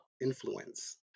influence